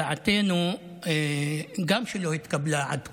דעתנו, שלא התקבלה עד כה,